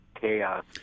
chaos